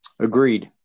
Agreed